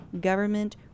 government